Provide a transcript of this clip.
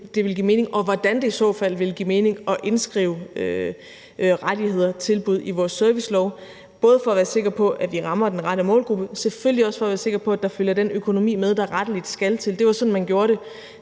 og hvordan det i så fald vil give mening at indskrive rettigheder og tilbud i vores servicelov, både for at være sikre på, at vi rammer den rette målgruppe, og selvfølgelig også for at være sikre på, at der følger den økonomi med, der rettelig skal til. Det var sådan, man gjorde det,